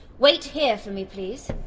wait here for me please.